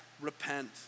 repent